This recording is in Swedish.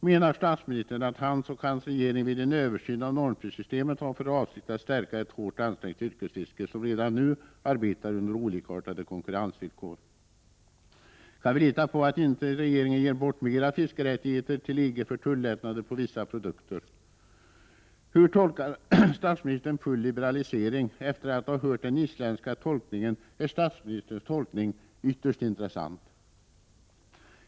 Menar statsministern att han och hans regering, vid en översyn av normprissystemet, har för avsikt att stärka ett hårt ansträngt yrkesfiske, som redan nu arbetar under olikartade konkurrensvillkor? Kan vi lita på att regeringen inte ger bort mera fiskerättigheter till EG för tullättnader på vissa produkter? Hur tolkar statsministern ”full liberalisering”? Efter att jag har hört den isländska tolkningen, finner jag statsministerns tolkning ytterst intressant.